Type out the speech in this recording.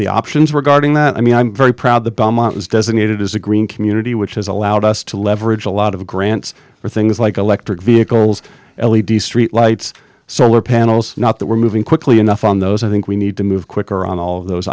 the options regarding that i mean i'm very proud the belmont is designated as a green community which has allowed us to leverage a lot of grants for things like electric vehicles l e d streetlights solar panels not that we're moving quickly enough on those i think we need to move quicker on all of those